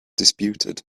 disputed